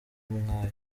nk’ayo